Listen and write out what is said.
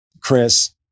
Chris